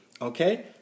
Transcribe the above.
Okay